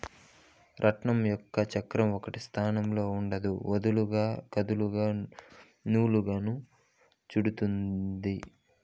రాట్నం యొక్క చక్రం ఒకటే స్థానంలో ఉండదు, వదులుగా కదులుతూ నూలును చుట్టుతాది